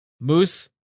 Moose